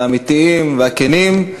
האמיתיים והכנים.